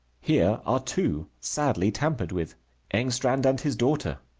here are two, sadly tampered with engstrand and his daughter.